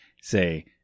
Say